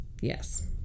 yes